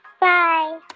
Bye